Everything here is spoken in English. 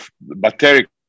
bacterial